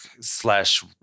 slash